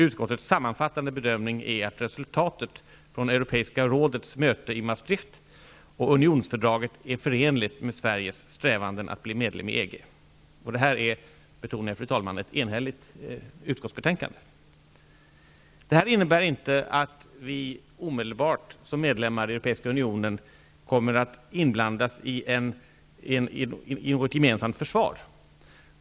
Utskottets sammanfattande bedömning är att resultatet från Europeiska rådets möte i Maastricht och unionsfördraget är förenligt med Sveriges strävanden att bli medlem i EG. -- Detta är, betonar jag, fru talman, ett enhälligt utskottsbetänkande. Det här innebär inte att vi som medlemmar i Europeiska unionen omedelbart kommer att blandas in i något gemensamt försvar.